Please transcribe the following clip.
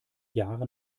jahre